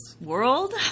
world